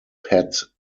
pat